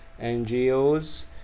NGOs